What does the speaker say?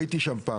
הייתי שם פעם.